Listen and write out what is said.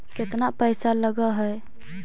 केतना पैसा लगय है?